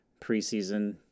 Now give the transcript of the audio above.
preseason